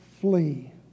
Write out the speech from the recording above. flee